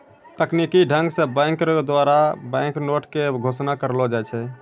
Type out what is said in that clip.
तकनीकी ढंग से बैंक के द्वारा बैंक नोट के घोषणा करलो जाय छै